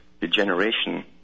degeneration